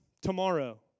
tomorrow